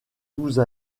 douze